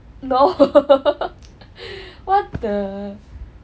no what the